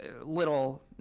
little